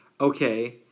okay